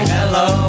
Hello